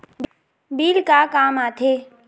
Bill का काम आ थे?